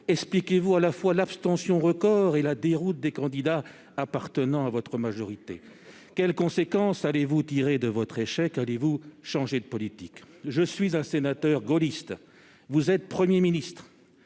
expliquez-vous à la fois l'abstention record et la déroute des candidats appartenant à votre majorité ? Quelles conséquences allez-vous tirer de votre échec ? Allez-vous changer de politique ? Je suis un sénateur gaulliste, et vous êtes Premier ministre.